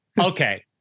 Okay